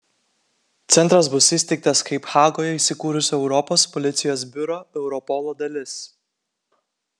centras bus įsteigtas kaip hagoje įsikūrusio europos policijos biuro europolo dalis